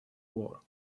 war